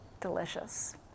Delicious